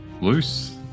loose